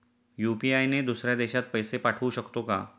UPI ने दुसऱ्या देशात पैसे पाठवू शकतो का?